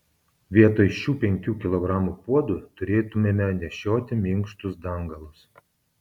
vietoj šių penkių kilogramų puodų turėtumėme nešioti minkštus dangalus